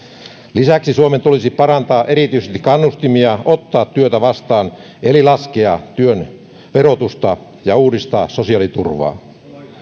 lisäksi suomen tulisi parantaa erityisesti kannustimia ottaa työtä vastaan eli laskea työn verotusta ja uudistaa sosiaaliturvaa